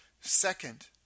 Second